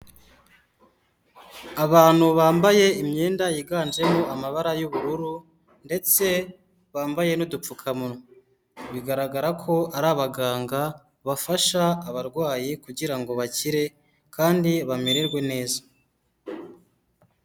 Abantu bambaye imyenda yiganjemo amabara y'ubururu ndetse bambaye n'udupfukamunwa. Bigaragara ko ari abaganga bafasha abarwayi kugira ngo bakire kandi bamererwe neza.